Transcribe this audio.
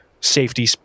Safety